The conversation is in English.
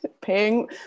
paying